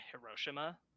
Hiroshima